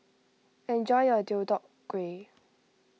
enjoy your Deodeok Gui